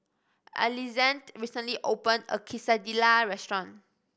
Alexande recently opened a new Quesadillas restaurant